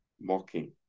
mocking